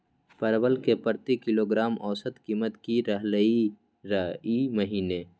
परवल के प्रति किलोग्राम औसत कीमत की रहलई र ई महीने?